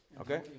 Okay